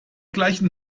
gleichen